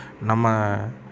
Nama